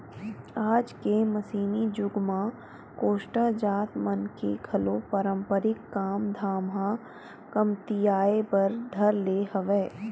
आज के मसीनी जुग म कोस्टा जात मन के घलो पारंपरिक काम धाम ह कमतियाये बर धर ले हवय